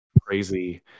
crazy